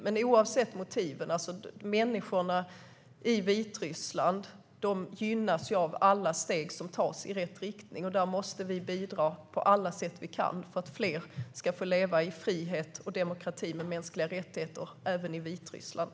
Men oavsett motiven gynnas människorna i Vitryssland av alla steg som tas i rätt riktning. Vi måste bidra på alla sätt vi kan för att fler ska få leva i frihet och demokrati med mänskliga rättigheter även i Vitryssland.